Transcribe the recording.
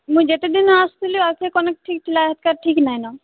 ମୁଁ ଯେତେଦିନ ଆସୁଥିଲି ୱାଇ ଫାଇ କନେକ୍ଟ ଠିକ ଥିଲା ଏତକା ଠିକ ନାହିଁନ